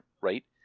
right